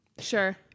sure